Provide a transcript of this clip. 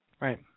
Right